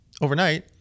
overnight